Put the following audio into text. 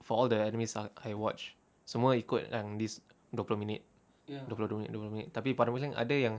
for all the animes ah I watch semua ikut yang this dua puluh minit dua puluh minit dua puluh minit tapi ada yang